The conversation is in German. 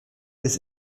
ist